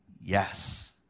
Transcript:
Yes